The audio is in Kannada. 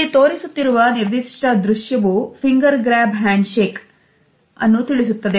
ಇಲ್ಲಿ ತೋರಿಸುತ್ತಿರುವ ನಿರ್ದಿಷ್ಟ ದೃಶ್ಯವು finger grab handshake ಅನ್ನು ತಿಳಿಸುತ್ತದೆ